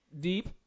Deep